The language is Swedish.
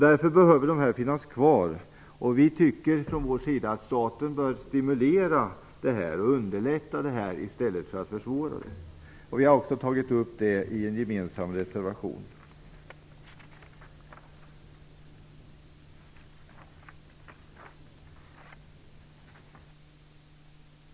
Därför behöver de finnas kvar. Vi tycker från vår sida att staten bör stimulera och underlätta det i stället för att försvåra det. Vi har också tagit upp det i en gemensam reservation.